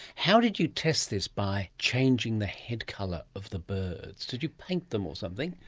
how did you test this by changing the head colour of the birds? did you paint them or something?